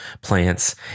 plants